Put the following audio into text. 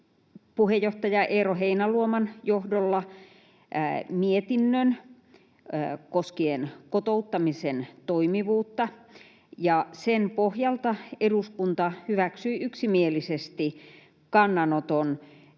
puheenjohtaja Eero Heinäluoman johdolla mietinnön koskien kotouttamisen toimivuutta. Sen pohjalta eduskunta hyväksyi yksimielisesti kannanoton,